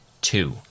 two